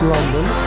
London